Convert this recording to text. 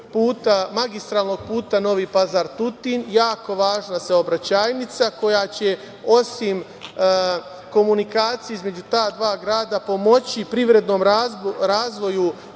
magistralnog puta Novi Pazar-Tutin, jako važna saobraćajnica koja će osim komunikacije između ta dva grada pomoći privrednom razvoju